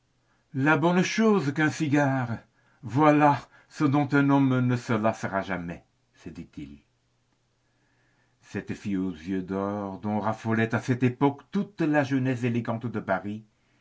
la bonne chose qu'un cigare voilà ce dont un homme ne se lassera jamais se dit-il cette fille aux yeux d'or dont raffolait à cette époque toute la jeunesse élégante de paris